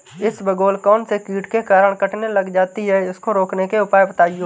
इसबगोल कौनसे कीट के कारण कटने लग जाती है उसको रोकने के उपाय बताओ?